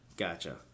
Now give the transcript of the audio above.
Gotcha